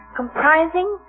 comprising